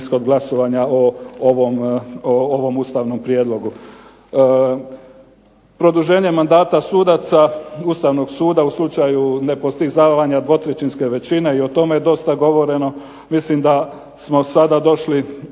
glasovanja o ovom ustavnom prijedlogu. Produženje mandata sudaca Ustavnog suda u slučaju nepostizavanja dvotrećinske većine i o tome dosta govoreno, mislim da smo sada došli